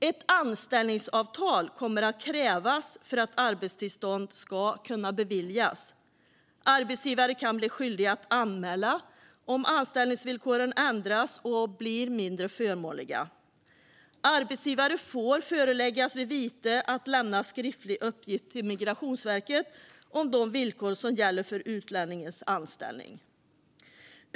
Ett anställningsavtal kommer att krävas för att arbetstillstånd ska kunna beviljas. Arbetsgivare kan bli skyldiga att anmäla om anställningsvillkoren ändras och blir mindre förmånliga. Arbetsgivare får föreläggas vid vite att lämna skriftlig uppgift till Migrationsverket om de villkor som gäller för utlänningens anställning.